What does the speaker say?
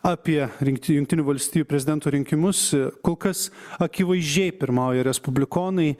apie rinkti jungtinių valstijų prezidentų rinkimus kol kas akivaizdžiai pirmauja respublikonai